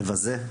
מבזה,